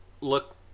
look